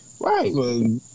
Right